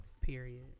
Period